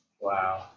Wow